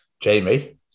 Jamie